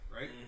right